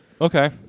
Okay